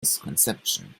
misconception